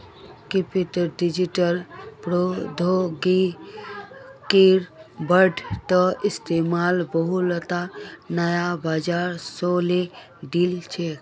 कृषित डिजिटल प्रौद्योगिकिर बढ़ त इस्तमाल बहुतला नया बाजार खोले दिल छेक